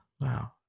wow